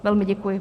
Velmi děkuji.